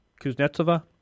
Kuznetsova